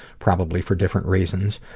probably for different reasons.